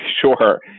sure